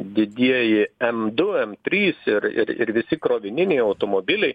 didieji m du m trys ir ir ir visi krovininiai automobiliai